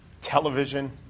Television